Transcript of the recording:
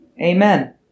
Amen